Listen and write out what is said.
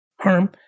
Herm